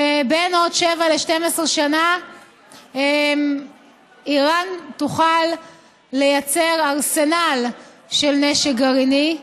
ובין עוד שבע ל-12 שנים איראן תוכל לייצר ארסנל של נשק גרעיני.